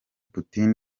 putin